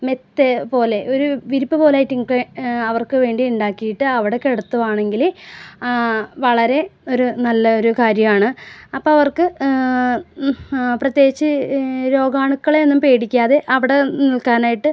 മെത്തേപോലെ ഒര് വിരിപ്പ് പോലായിട്ടൊക്കെ അവർക്ക് വേണ്ടി ഉണ്ടാക്കിയിട്ട് അവിടെ കിടത്തുവാണെങ്കില് വളരെ ഒരു നല്ലയൊര് കാര്യമാണ് അപ്പം അവർക്ക് പ്രത്യേകിച്ച് രോഗാണുക്കളേയൊന്നും പേടിക്കാതെ അവിടെ നിൽക്കാനായിട്ട്